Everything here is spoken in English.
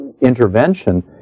intervention